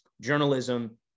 journalism